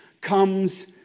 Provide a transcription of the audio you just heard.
comes